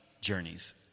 journeys